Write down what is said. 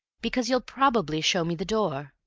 because you'll probably show me the door,